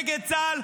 נגד צה"ל,